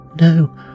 No